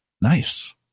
Nice